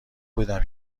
بودم